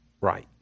right